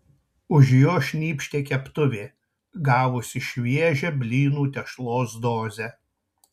už jo šnypštė keptuvė gavusi šviežią blynų tešlos dozę